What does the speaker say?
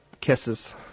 Kisses